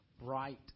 bright